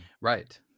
right